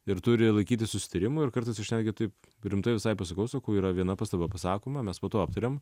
ir turi laikytis susitarimų ir kartu aš netgi taip rimtai visai pasakau sakau yra viena pastaba pasakoma mes po to aptariam